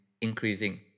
increasing